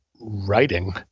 writing